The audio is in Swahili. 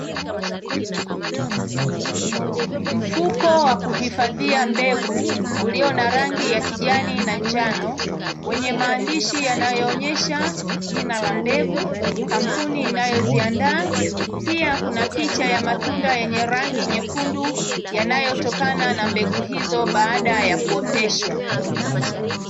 Mfuko wa kuhifadhia mbegu ulio na rangi ya kijani na njano, wenye maandishi yanayoonyesha jina la mbegu, kampuni inayoziandaa; pia kuna picha ya matunda yenye rangi nyekundu yanayotokana na mbegu hizo baada ya kuoteshwa.